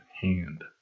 hand